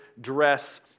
dress